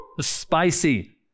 Spicy